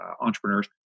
entrepreneurs